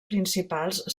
principals